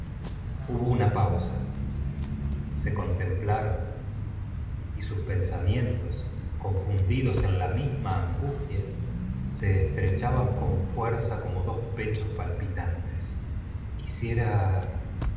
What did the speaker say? hubo una pausa se contemplaron y sus pensamientos confundidos en la mismo angustia se estrechaban con fuerza como dos pechos palpitantes quisiera